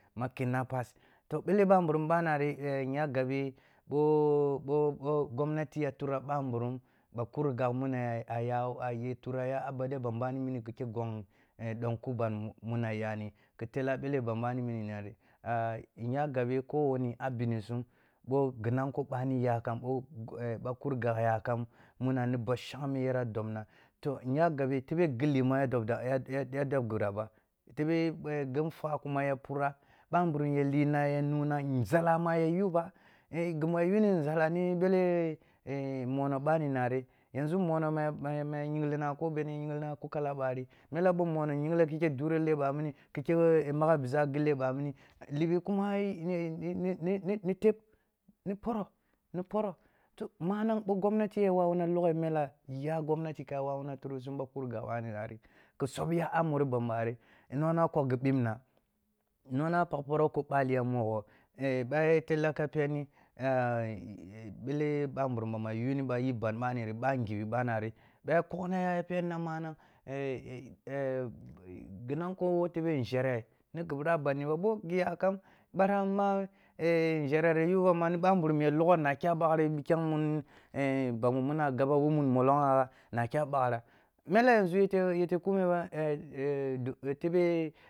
Ma kidnappers toh ɓele ɓamburun ɓanari nya gabe ɓo gomnati ya turrah ɓamburun ba kur gagh mini aya ya turraya a bde ban bani kikhi gong ɗom kuban muna yani, ki tela a ban ɓani mini nari, ah nya gabe ko wani a bini sum, ɓo ghi nanko ɓani yakam, ɓo kurgagh yakam, muna ni ba shangme yara dobna, toh nya gabe tebe gillima dob ghiɓira ba, tebe ghi nfwa kuma ya pura ɓamburum ya lina ya nunah nȝala ma ya y aba, eh ghi mu ya yunmi nȝala ni ɓele eh mono bani nari, yanzu mono ma kul kala bari mela bo mono yingli kike dure le ɓamini, kike magh bisa a gille ɓamini, libi kuma ai ni ni teb, ni poroh, ni poroh, tur, manang bo gomnati ya wawuna lughe mella iya gomnati ya wawuna tur sum ɓa kurgagh ɓani nari ki subya a muri ban ɓari, nona kogh ghi binnah, nona pagh poroh ko baliya moho, eh ɓa yara tella ka peni ɓele ɓamburum bamu a yu ɓa yibban ɓanari ɓa’nghibi ɓanari, ɓo koghnaya ya penina manang ghi nanko wo tebe nȝhere ni ghi ɓira a bandiba ɓo ghi yakam ɓarama eh nȝhere ri yu ba ni ɓamburum ya logho na kyah ɓaghri pikhem mun ba wo mun molonggha nak yah baghra, mele yanȝu yette kume ba tebo